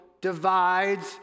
divides